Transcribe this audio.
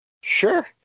sure